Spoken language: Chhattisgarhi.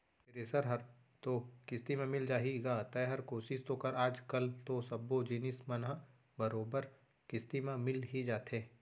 थेरेसर हर तो किस्ती म मिल जाही गा तैंहर कोसिस तो कर आज कल तो सब्बो जिनिस मन ह बरोबर किस्ती म मिल ही जाथे